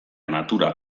natura